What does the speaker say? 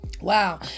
wow